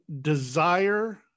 desire